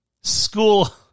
School